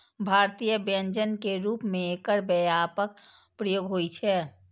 भारतीय व्यंजन के रूप मे एकर व्यापक प्रयोग होइ छै